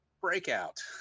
Breakout